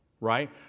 right